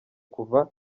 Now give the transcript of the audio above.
kuva